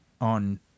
on